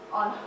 on